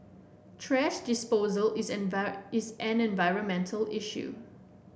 thrash disposal is an is an environmental issue